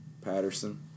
Patterson